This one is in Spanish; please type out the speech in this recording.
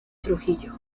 trujillo